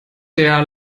der